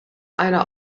eine